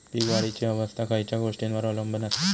पीक वाढीची अवस्था खयच्या गोष्टींवर अवलंबून असता?